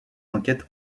enquêtes